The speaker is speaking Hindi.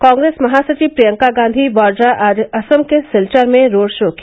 कांग्रेस महासचिव प्रियंका गांधी वाड़ा आज असम के सिलचर में रोड शो किया